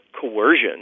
coercion